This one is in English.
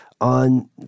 On